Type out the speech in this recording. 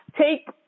take